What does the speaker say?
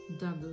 double